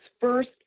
first